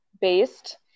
based